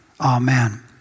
Amen